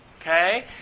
okay